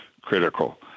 critical